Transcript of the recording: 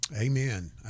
Amen